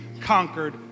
Conquered